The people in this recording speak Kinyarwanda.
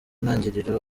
ntangiriro